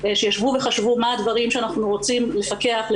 ושישבו וחשבו מה הדברים שאנחנו רוצים לפקח,